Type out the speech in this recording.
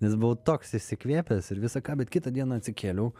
nes buvau toks išsikvėpęs ir visa ką bet kitą dieną atsikėliau